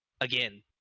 again